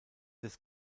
des